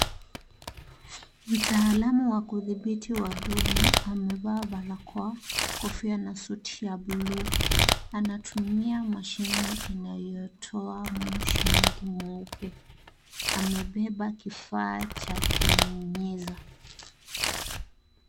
Mtaalamu wa kuthibiti wadudu amevaa barakoa kofia na suti ya buluu anatumia mashini inayotoa moshi mwingi mweupe amebeba kifaa cha kunyunyiza.